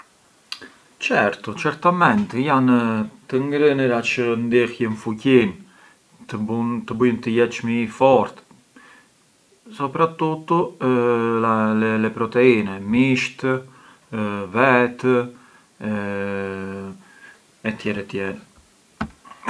Certu certamenti, jan të ngrënëra çë ndihjën fuqin, të bujën të jeç më i fort, soprattuttu le proteine, misht, vet, e tjerë e tjerë.